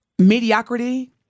Mediocrity